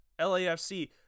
LAFC